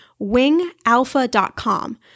wingalpha.com